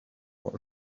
for